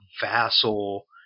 Vassal